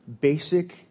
basic